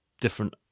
different